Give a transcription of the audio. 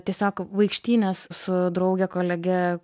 tiesiog vaikštynes su drauge kolege